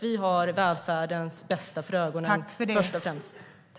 Vi har välfärdens bästa för ögonen först och främst.